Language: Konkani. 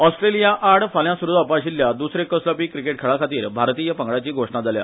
ओस्ट्रेलियाआड फाल्या स्रू जावपा आशिल्ल्या द्सरे कस लावपी क्रिकेट खेळाखातीर भारतीय पंगडाची घोषणा जाल्या